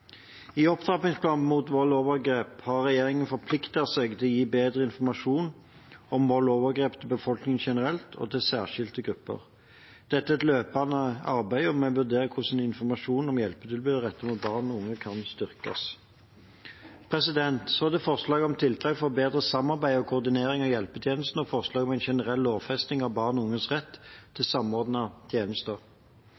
I opptrappingsplanen mot vold og overgrep har regjeringen forpliktet seg til å gi bedre informasjon om vold og overgrep til befolkningen generelt og til særskilte grupper. Dette er et løpende arbeid, og vi vil vurdere hvordan informasjonen om hjelpetilbudene rettet mot barn og unge kan styrkes. Så til forslaget om tiltak for bedre samarbeid og koordinering av hjelpetjenester og forslaget om en generell lovfesting av barn og unges rett til